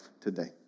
today